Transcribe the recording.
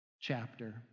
chapter